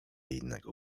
innego